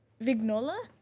Vignola